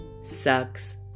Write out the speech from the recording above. sucks